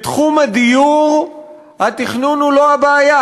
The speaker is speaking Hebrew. בתחום הדיור התכנון הוא לא הבעיה,